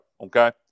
okay